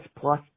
plus